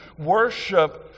worship